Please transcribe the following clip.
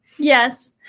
Yes